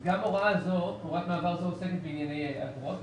גם הוראת מעבר זו עוסקת בענייני אגרות.